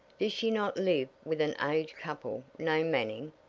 does she not live with an aged couple named manning?